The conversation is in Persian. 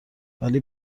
ولی